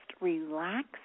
relax